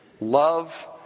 Love